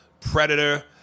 Predator